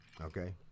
okay